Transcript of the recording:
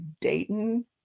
Dayton